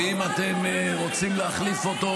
ואם אתם רוצים להחליף אותו,